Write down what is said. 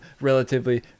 relatively